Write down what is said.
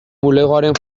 bulegoaren